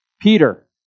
Peter